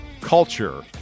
culture